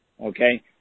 Okay